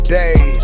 days